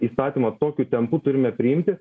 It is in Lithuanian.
įstatymą tokiu tempu turime priimti